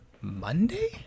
monday